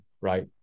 right